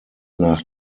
nach